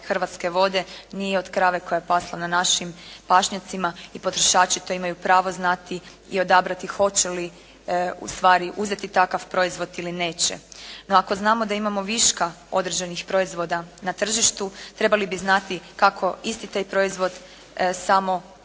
hrvatske vode nije od krave koja je pasla na našim pašnjacima i potrošači to imaju pravo znati i odabrati hoće li ustvari uzeti takav proizvod ili neće. No ako znamo da imamo viška određenih proizvoda na tržištu trebali bi znati kako isti taj proizvod samo puno